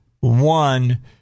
one